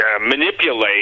manipulate